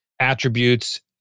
attributes